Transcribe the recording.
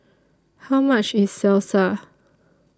How much IS Salsa